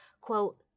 quote